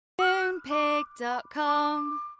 Moonpig.com